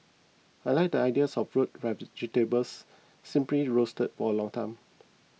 I like the ideas of root vegetables simply roasted for a long time